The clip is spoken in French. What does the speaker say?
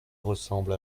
ressemble